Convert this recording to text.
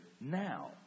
now